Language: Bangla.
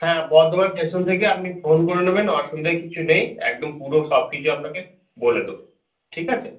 হ্যাঁ বর্ধমান স্টেশন থেকে আপনি ফোন করে নেবেন অসুবিধার কিছু নেই একদম পুরো সব কিছু আপনাকে বলে দেব ঠিক আছে